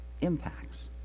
impacts